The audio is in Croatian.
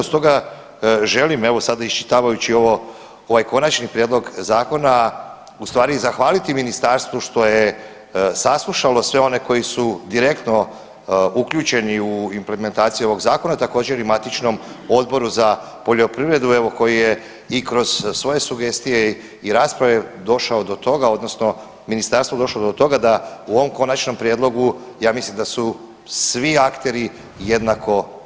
Stoga želim evo sada iščitavajući ovo, ovaj konačni prijedlog zakona u stvari i zahvaliti ministarstvu što je saslušalo sve one koji su direktno uključeni u implementaciju ovog zakona, također i matičnom Odboru za poljoprivredu evo koji je i kroz svoje sugestije i rasprave došao do toga odnosno ministarstvo došlo do toga da u ovom konačnom prijedlogu ja mislim da su svi akteri jednako zadovoljno s ovim zakonom.